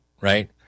right